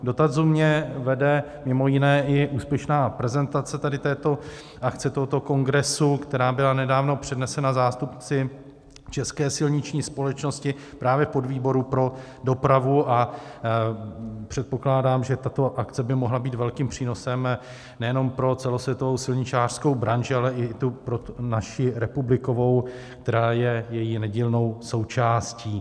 K dotazu mě vede mimo jiné i úspěšná prezentace této akce, tohoto kongresu, která byla nedávno přednesena zástupci České silniční společnosti, právě podvýboru pro dopravu, a předpokládám, že tato akce by mohla být velkým přínosem nejenom pro celosvětovou silničářskou branži, ale i naši republikovou, která je její nedílnou součástí.